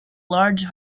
large